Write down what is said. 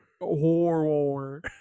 Horror